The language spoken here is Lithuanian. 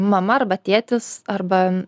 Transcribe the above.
mama arba tėtis arba